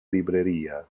libreria